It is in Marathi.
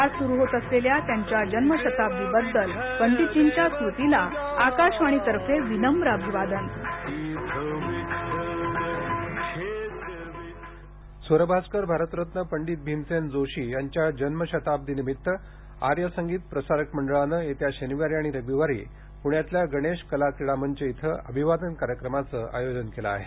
आज सुरु होत असलेल्या त्यांच्या जन्म शताब्दी बद्दल पंडितर्जींच्या स्मृतीला आकाशवाणी तर्फे विनम्र अभिवादन भीमसेन जोशी स्वरभास्कर भारतरत्न पंडित भीमसेन जोशी यांच्या जन्मशताब्दी निमित आर्य संगीत प्रसारक मंडळानं येत्या शनिवारी आणि रविवारी प्ण्यातल्या गणेश कला क्रीडा मंच इथं अभिवादन कार्यक्रमाचं आयोजन केलं आहे